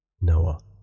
Noah